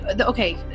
okay